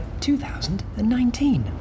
2019